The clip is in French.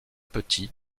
petits